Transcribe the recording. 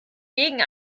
gegen